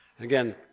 Again